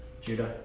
Judah